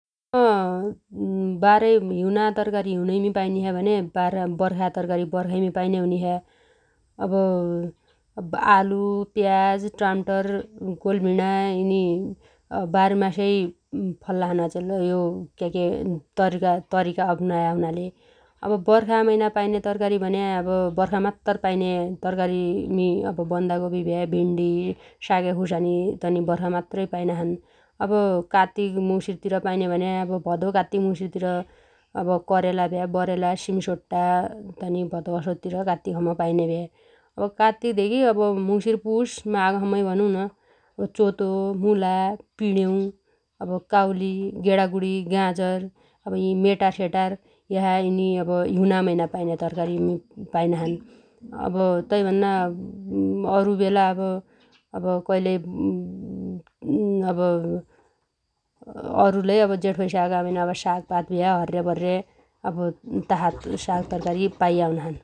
बाह्रै हिउना तरकारी हिउनैमी बार वर्खा तरकारी वर्खाइमी पाइने हुनेछ्या । आलु, प्याज, टाम्टर, गोलभेडा यिनी बारमासेइ फल्लाछन् अचेल यो केके तरिका-तरिका अपनाया हुनाले । अब वर्खा मैना पाइने तरकारी भन्या वर्खा मात्तर पाइने तरकारीमी बन्दागोपी भ्या भिण्डी सागेखुसानी तनी वर्खा मात्रै पाइनाछन् । कात्तिक मुसिरतिर पाइने भन्या भदौ कात्तिक, मुसिरतिर अब करेला भ्या बरेला सिमिसोट्टा तनी भदौ असोजतिर कात्तिकसम्म पाइन्या भ्या । अब कात्तिकधेगी मु‌सिर पुस, माघसम्मै भनुन चोतो मुला पिडेउ काउली गेाडागुडी गाजर अब यि मेटारसेटार यासा यिनी हिउना मैना पाइन्या तरकारीमी पाइनाछन् । अब तैभन्ना अरुबेला कैलै अरुलै सागपात भ्या हर्यापर्र्या तासा साग तरकारी पाइया हुनाछन् ।